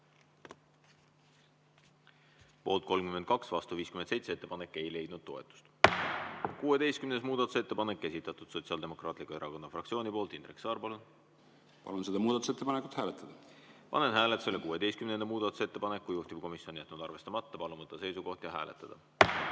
Poolt 37, vastu 56. Ettepanek ei leidnud toetust. 44. muudatusettepanek, esitatud Sotsiaaldemokraatliku Erakonna fraktsiooni poolt. Indrek Saar, palun! Palun seda muudatusettepanekut hääletada. Panen hääletusele 44. muudatusettepaneku. Juhtivkomisjon on jätnud arvestamata. Palun võtta seisukoht ja hääletada!